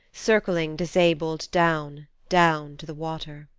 circling disabled down, down to the water.